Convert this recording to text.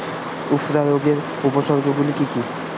উফরা রোগের উপসর্গগুলি কি কি?